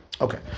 Okay